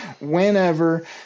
whenever